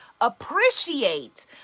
Appreciate